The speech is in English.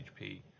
HP